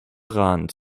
rahn